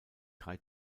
drei